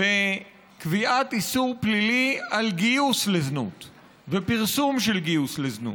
בקביעת איסור פלילי על גיוס לזנות ופרסום של גיוס לזנות.